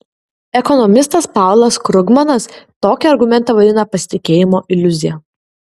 ekonomistas paulas krugmanas tokį argumentą vadina pasitikėjimo iliuzija